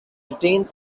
retains